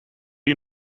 you